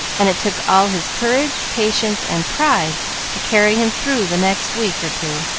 and it took all his courage, patience, and pride to carry him through the next week or two.